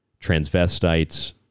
transvestites